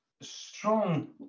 strong